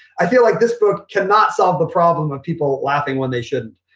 i feel like this book cannot solve the problem of people laughing when they shouldn't.